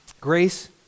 Grace